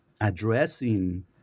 addressing